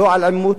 לא על אלימות,